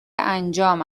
انجام